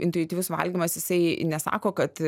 intuityvus valgymas jisai nesako kad